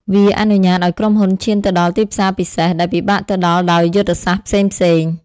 វាអនុញ្ញាតឱ្យក្រុមហ៊ុនឈានទៅដល់ទីផ្សារពិសេស ដែលពិបាកទៅដល់ដោយយុទ្ធសាស្ត្រផ្សេងៗ។